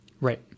Right